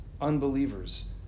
unbelievers